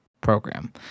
program